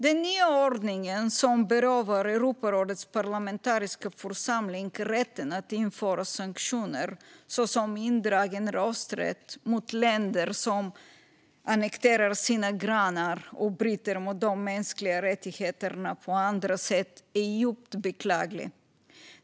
Den nya ordningen, som berövar Europarådets parlamentariska församling rätten att införa sanktioner, såsom indragen rösträtt för länder som annekterar sina grannar och som på andra sätt bryter mot de mänskliga rättigheterna, är djupt beklaglig.